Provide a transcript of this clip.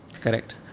Correct